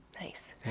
Nice